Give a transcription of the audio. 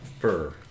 Fur